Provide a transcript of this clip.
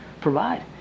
provide